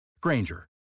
Granger